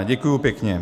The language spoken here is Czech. Děkuji pěkně.